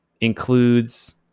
includes